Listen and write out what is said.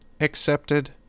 Accepted